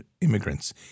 immigrants